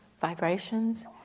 vibrations